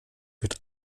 wird